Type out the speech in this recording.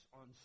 on